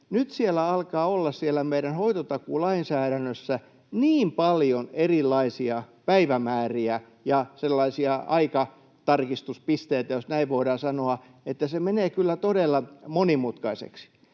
nyt siellä meidän hoitotakuulainsäädännössä alkaa olla niin paljon erilaisia päivämääriä ja sellaisia aikatarkistuspisteitä, jos näin voidaan sanoa, että se menee kyllä todella monimutkaiseksi.